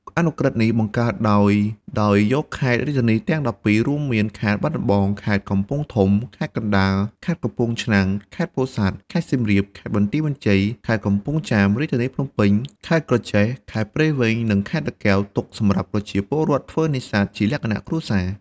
អនុក្រឹត្យនេះ បង្កើតដោយដោយយកខេត្ត-រាជធានីទាំង១២ រួមមានខេត្តបាត់ដំបង ខេត្តកំពង់ធំ ខេត្តកណ្តាល ខេត្តកំពង់ឆ្នាំង ខេត្តពោធិសាត់ ខេត្តសៀមរាប ខេត្តបន្ទាយមានជ័យ ខេត្តកំពង់ចាម រាជធានីភ្នំពេញ ខេត្តក្រចេះ ខេត្តព្រៃវែង និងខេត្តតាកែវទុកសម្រាប់ប្រជាពលរដ្ឋធ្វើនេសាទជាលក្ខណៈគ្រួសារ។